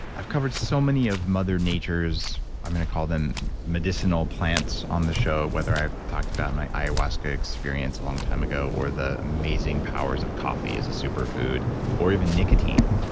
i've covered so many of mother nature's, i'm going to call them medicinal plants, on the show whether i've talked about my iowaska experience a long time ago or the amazing powers of coffee as a superfood or even nicotine,